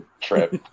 trip